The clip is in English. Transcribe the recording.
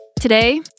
Today